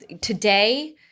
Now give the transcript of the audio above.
today